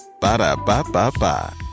Ba-da-ba-ba-ba